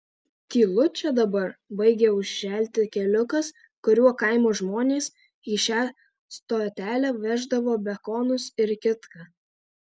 tylu čia dabar baigia užželti keliukas kuriuo kaimo žmonės į šią stotelę veždavo bekonus ir kitką